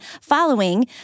following